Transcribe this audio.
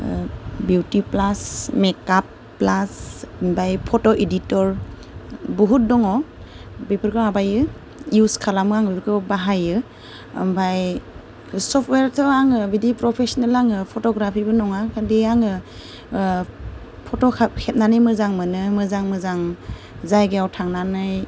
BeautyPlus makeup plus ओमफाय photo editor बहुत दङ बेफोरखौ आं माबायो इउज खालामो आङो बेफोरखौ बाहायो ओमफ्राय सफ्टवेरथ' आङो बिदि प्रफेसनेल आङो फट'ग्राफिबो नङा खालि आङो फट' खेबनानै मोजां मोनो मोजां मोजां जायगायाव थांनानै